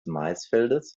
maisfeldes